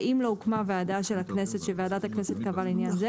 ואם לא הוקמה הוועדה של הכנסת שוועדת הכנסת קבעה לעניין.."